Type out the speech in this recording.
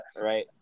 right